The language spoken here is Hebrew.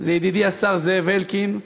זה ידידי השר זאב אלקין,